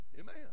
Amen